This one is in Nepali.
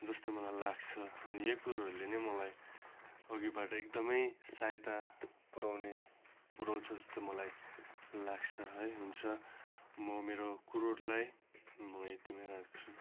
जस्तै मलाई लाग्छ अनि यही कुरोहरूले नै मलाई अघिबाट एकदमै सहायता पुर्याउने पुर्याउँछ जस्तो मलाई लाग्छ है हुन्छ म मेरो कुरोहरूलाई म यतिमै राख्छु